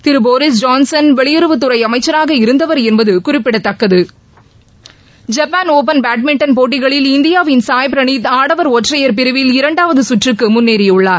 திரு Boris Johnson வெளியுறவுத்துறை அமைச்சராக இருந்தவர் என்பது குறிப்பிடத்தக்கது ஜப்பான் ஓப்பன் பேட்மிண்டன் போட்டிகளில் இந்தியாவின் சாய் பிரளீத் ஆடவர் ஒற்றையர் பிரிவில் இரண்டாவது சுற்றுக்கு முன்னேறியுள்ளார்